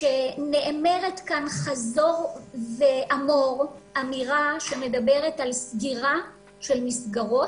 שנאמרת כאן חזור ואמור אמירה שמדברת על סגירה של מסגרות.